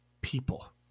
people